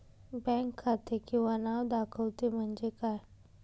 Bank खाते किंवा नाव दाखवते म्हणजे काय?